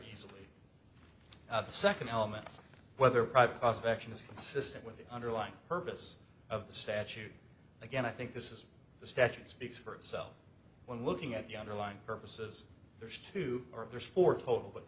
easily how the second element whether private cost action is consistent with the underlying purpose of the statute again i think this is the statute speaks for itself when looking at the underlying purposes there's two or three sports total but